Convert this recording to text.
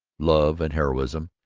love and heroism.